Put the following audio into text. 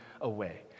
away